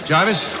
Jarvis